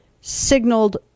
signaled